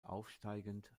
aufsteigend